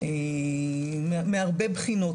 מהרבה בחינות,